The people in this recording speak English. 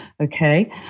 Okay